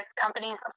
companies